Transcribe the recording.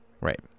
Right